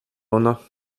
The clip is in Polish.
ona